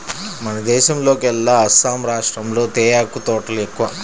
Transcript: మన దేశంలోకెల్లా అస్సాం రాష్టంలో తేయాకు తోటలు ఎక్కువ